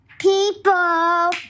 people